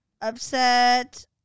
upset